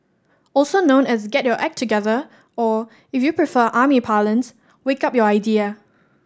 also known as get your act together or if you prefer army parlance wake up your idea